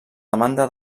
demanda